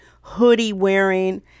hoodie-wearing